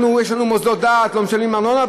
אנחנו יש לנו מוסדות דת שלא משלמים ארנונה,